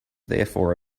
therefore